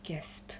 gasp